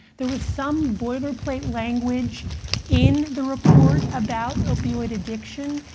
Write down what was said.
there was some boilerplate language in the report about opioid addiction.